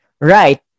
right